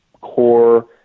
core